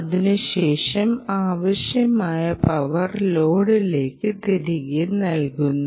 അതിനുശേഷം ആവശ്യമായ പവർ ലോഡിലേക്ക് തിരികെ നൽകുന്നു